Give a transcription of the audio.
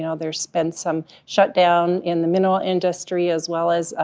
know, there's been some shutdown in the mineral industry, as well as,